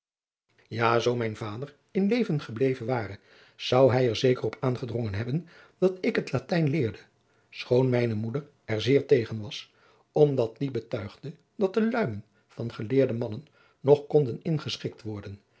zoo mijn vader in adriaan loosjes pzn het leven van maurits lijnslager leven gebleven ware zou hij er zeker op aangedrongen hebben dat ik het latijn leerde schoon mijne moeder er zeer tegen was omdat die betuigde dat de luimen van geleerde mannen nog konden ingeschikt worden